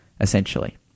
essentially